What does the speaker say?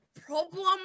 Problem